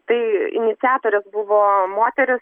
tai iniciatorės buvo moterys